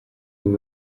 ubu